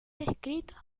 escritos